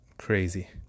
crazy